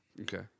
Okay